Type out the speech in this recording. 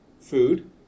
food